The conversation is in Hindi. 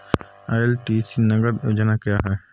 एल.टी.सी नगद योजना क्या है?